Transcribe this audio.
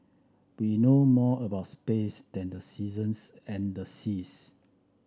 we know more about space than the seasons and the seas